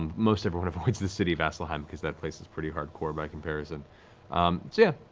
um most everyone avoids the city of vasselheim, because that place is pretty hardcore by comparison. so yeah,